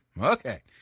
Okay